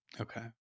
Okay